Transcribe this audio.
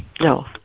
No